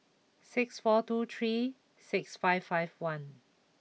six four two three six five five one